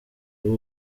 ubu